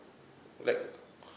like